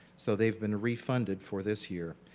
so they've been refunded for this year.